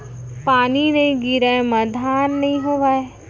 पानी नइ गिरय म धान नइ होवय